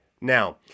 now